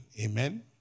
Amen